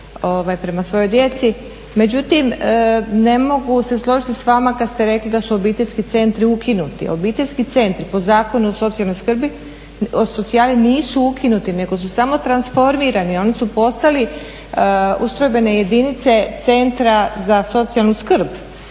prema svojoj djeci, međutim ne mogu se složiti s vama kad ste rekli da su obiteljski centri ukinuti. Obiteljski centri po Zakonu o socijalnoj skrbi nisu ukinuti nego su samo transformirani, oni su postali ustrojbene jedinice Centra za socijalnu skrb